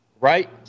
Right